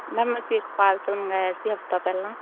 ma'am ਅਸੀਂ ਇੱਕ parcel ਮੰਗਵਾਇਆ ਸੀ ਹਫ਼ਤਾ ਪਹਿਲਾਂ